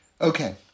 Okay